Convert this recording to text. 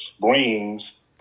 brings